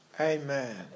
amen